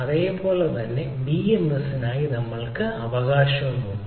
അതുപോലെ തന്നെ വിഎംഎസിനായി നമ്മൾക്ക് അവകാശമുണ്ട്